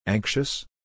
Anxious